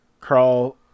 Carl